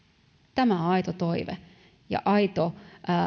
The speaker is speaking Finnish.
tämä on aito toive ja aito